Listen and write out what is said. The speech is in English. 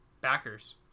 backers